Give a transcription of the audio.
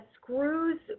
screws